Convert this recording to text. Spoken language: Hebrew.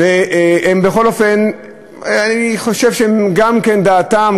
אני חושב שגם דעתם,